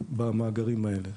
במאגרים האלה.